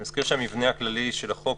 אני מזכיר שהמבנה הכללי של החוק,